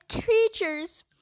creatures